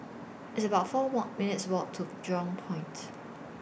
It's about four Walk minutes' Walk to Jurong Point